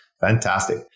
Fantastic